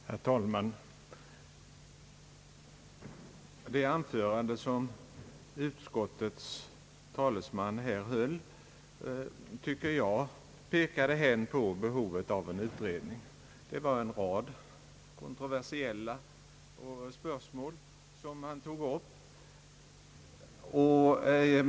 Herr talman! Det anförande som utskottets talesman höll tycker jag pekade hän på behovet av en utredning. Det var en rad kontroversiella spörsmål som han tog upp.